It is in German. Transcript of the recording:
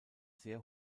sehr